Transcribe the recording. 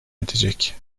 edecek